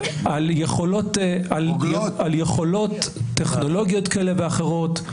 על יכולות טכנולוגיות כאלה ואחרות,